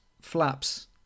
Flaps